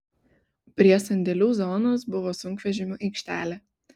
prie sandėlių zonos buvo sunkvežimių aikštelė